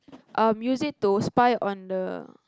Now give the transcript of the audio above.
um use it to spy on the